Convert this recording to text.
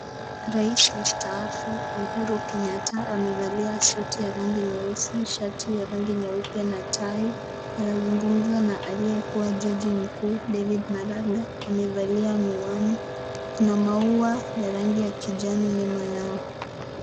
Rais mstaafu Uhuru Kenyatta amevalia suti ya rangi nyeusi, shati ya rangi nyeupe na tai . Anazungumza na aliye jaji mkuu David Maraga amevalia miwani. Kuna maua ya rangi ya kijani nyuma yao.